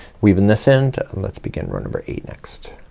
weave in this end and let's begin row number eight next.